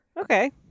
Okay